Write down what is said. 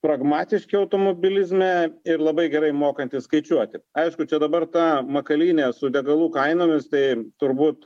pragmatiški automobilizme ir labai gerai mokantys skaičiuoti aišku čia dabar tą makalynę su degalų kainomis tai turbūt